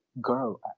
girl